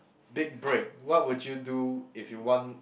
big break what would you do if you want